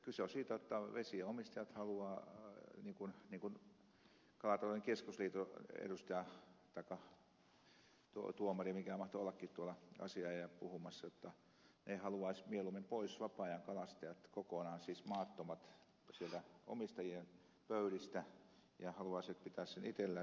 kyse on siitä jotta vesienomistajat haluavat niin kuin kalatalouden keskusliiton edustaja taikka tuomari mikä mahtoi ollakin tuolla asianajaja puhumassa mieluummin pois vapaa ajankalastajat kokonaan siis maattomat sieltä omistajien pöydistä ja haluaisivat pitää itsellään sen päätösvallan